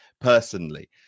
personally